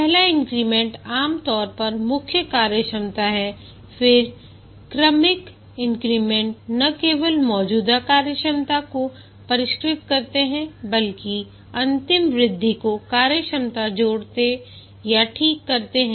पहला इन्क्रीमेंट आम तौर पर मुख्य कार्यक्षमता है फिर क्रमिक इन्क्रीमेंट न केवल मौजूदा कार्यक्षमता को परिष्कृत करते हैं बल्कि अंतिम वृद्धि को कार्यक्षमता जोड़ते या ठीक करते हैं